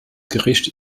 gericht